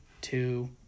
two